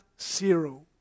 zero